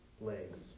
legs